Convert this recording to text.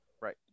Right